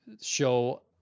show